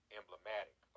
emblematic